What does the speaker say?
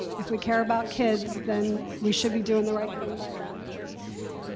if we care about kids then we should be doin' the right thing by them.